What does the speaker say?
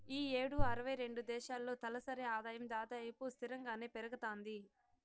ఈ యేడు అరవై రెండు దేశాల్లో తలసరి ఆదాయం దాదాపు స్తిరంగానే పెరగతాంది